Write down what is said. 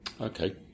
okay